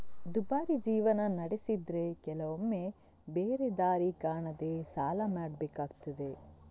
ದುಬಾರಿ ಜೀವನ ನಡೆಸಿದ್ರೆ ಕೆಲವೊಮ್ಮೆ ಬೇರೆ ದಾರಿ ಕಾಣದೇ ಸಾಲ ಮಾಡ್ಬೇಕಾಗ್ತದೆ